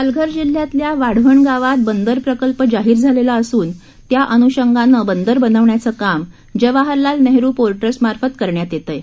पालघर जिल्ह्यातल्या वाढवण गावात बंदर प्रकल्प जाहीर झालेला असून त्या अन्षंगानं बंदर बनवण्याचं काम जवाहरलाल नेहरु पोर्ट ट्रस्ट मार्फत करण्यात येतयं